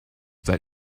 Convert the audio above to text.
that